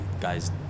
guys